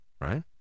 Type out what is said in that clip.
right